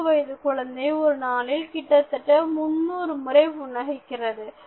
4 வயது குழந்தை ஒரு நாளில் கிட்டத்தட்ட முன்னூறு முறை புன்னகைக்கிறது